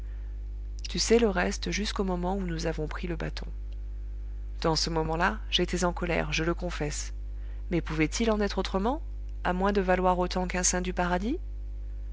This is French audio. tu sais le reste jusqu'au moment où nous avons pris le bâton dans ce moment-là j'étais en colère je le confesse mais pouvait-il en être autrement à moins de valoir autant qu'un saint du paradis